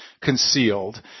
concealed